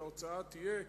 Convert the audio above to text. ההוצאה תהיה,